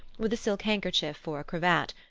with a silk handkerchief for a cravat,